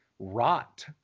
rot